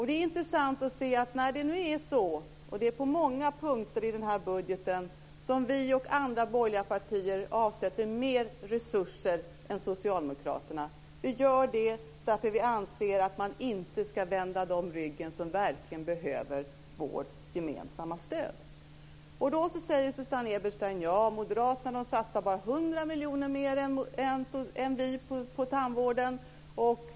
Det är intressant att se att det nu är så på många punkter i den här budgeten att vi och andra borgerliga partier avsätter mer resurser än Socialdemokraterna. Vi gör det för att vi anser att man inte ska vända dem ryggen som verkligen behöver vårt gemensamma stöd. Då säger Susanne Eberstein: Moderaterna satsar bara 100 miljoner mer än vi på tandvård.